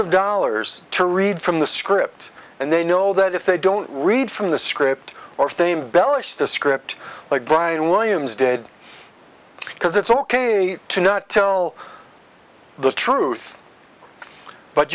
of dollars to read from the script and they know that if they don't read from the script or fame baelish the script like brian williams did because it's ok to not tell the truth but